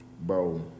bro